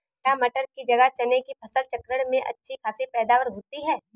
क्या मटर की जगह चने की फसल चक्रण में अच्छी खासी पैदावार होती है?